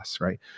right